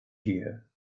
year